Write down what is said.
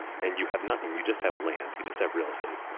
and you have nothing. you just have a land. you just have real estate.